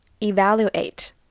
Evaluate